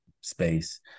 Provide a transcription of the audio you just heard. space